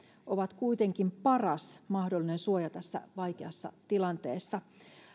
ovat kuitenkin paras mahdollinen suoja tässä vaikeassa tilanteessa